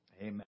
Amen